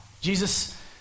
Jesus